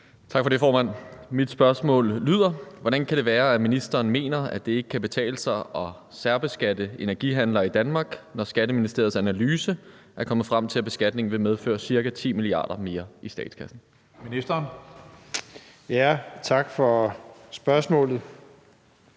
Tak for det, formand. Mit spørgsmål lyder: Hvordan kan det være, at ministeren mener, at det ikke kan betale sig at særbeskatte energihandlere i Danmark, når Skatteministeriets analyse er kommet frem til, at beskatningen vil medføre ca. 10 mia. kr. mere i statskassen? Kl. 15:08 Tredje